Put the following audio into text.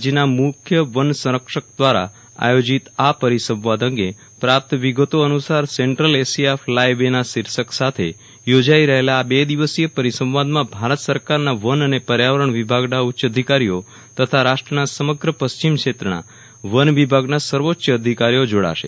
રાજ્યના મુખ્ય વન સંરક્ષક દ્રારા આયોજીત આ પરિસંવાદ અંગે પ્રાપ્ત વિગતો અનુસાર સેન્ટ્રલ એશિયા ફલાયવેના શીર્ષક સાથે યોજાઈ રહેલા આ બે દિવસીય પરિસંવાદમાં ભારત સરકારના વન અને પર્યાવરણ વિભાગના ઉચ્ચ અધિકારીઓ તથા રાષ્ટ્રના સમગ્ર પશ્ચિમક્ષેત્રના વન વિભાગના સર્વોચ્ય અધિકારીઓ જોડાસે